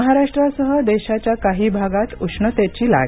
महाराष्ट्रासह देशाच्या काही भागात उष्णतेची लाट